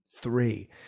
three